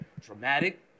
dramatic